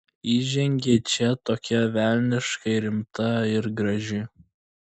įžengei čia tokia velniškai rimta ir graži